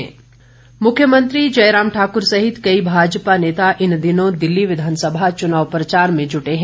मुख्यमंत्री मुख्यमंत्री जयराम ठाक्र सहित कई भाजपा नेता इन दिनों दिल्ली विधानसभा चुनाव प्रचार में जूटे हैं